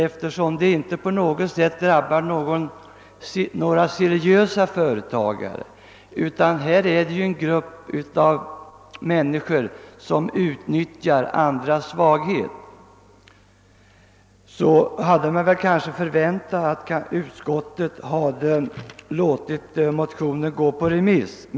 Eftersom ett förbud inte på något sätt drabbar seriösa företagare, utan en grupp människor som utnyttjar andras svaghet, kunde man ha förväntat att utskottet låtit motionen gå på remiss.